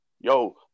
yo